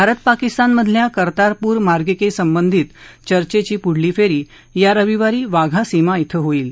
भारत पाकिस्तानमधल्या कर्तारपूर मार्गिमस्तिधीत चर्चेची पुढली फ्रीी या रवीवारी वाघा सीमा इथक् होईल